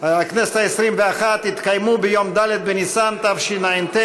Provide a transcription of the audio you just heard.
ואחת יתקיימו ביום ד' בניסן התשע"ט,